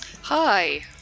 Hi